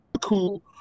cool